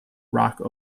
rock